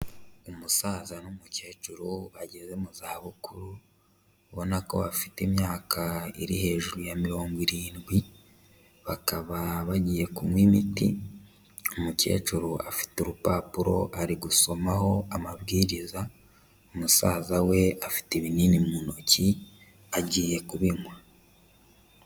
Umusaza n'umukecuru bageze mu zabukuru, ubona ko bafite imyaka iri hejuru ya mirongo irindwi, bakaba bagiye kunywa imiti, umukecuru afite urupapuro ari gusomaho amabwiriza, musaza we afite ibinini mu ntoki agiye kubinywa.